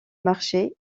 marché